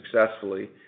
successfully